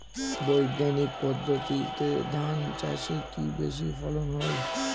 বৈজ্ঞানিক পদ্ধতিতে ধান চাষে কি বেশী ফলন হয়?